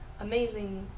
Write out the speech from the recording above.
amazing